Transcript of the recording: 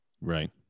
Right